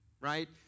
right